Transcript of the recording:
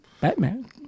Batman